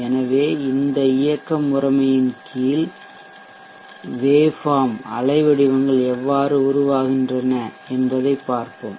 எனவே இந்த இயக்க முறைமையின் கீழ் வேவ்ஃபார்ம் அலைவடிவங்கள் எவ்வாறு உருவாகின்றன என்பதைப் பார்ப்போம்